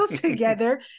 together